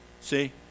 See